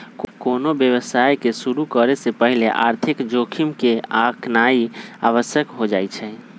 कोनो व्यवसाय के शुरु करे से पहिले आर्थिक जोखिम के आकनाइ आवश्यक हो जाइ छइ